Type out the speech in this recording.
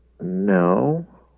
No